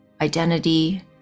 identity